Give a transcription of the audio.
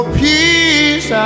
peace